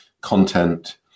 content